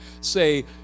say